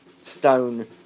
stone